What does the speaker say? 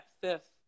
fifth